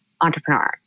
entrepreneur